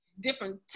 Different